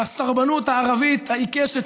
והסרבנות הערבית העיקשת,